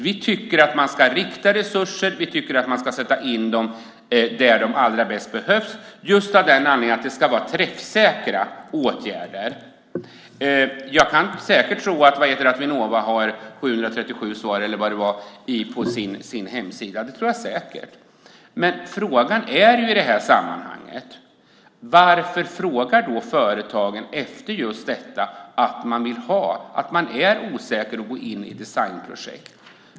Vi tycker att man ska rikta resurser, och vi tycker att man ska sätta in dem där de allra bäst behövs. Det är av den anledningen att det ska vara träffsäkra åtgärder. Jag kan säkert tro att det blir 737 träffar på Vinnovas hemsida, men varför är företagen osäkra inför att gå in i designprojekt?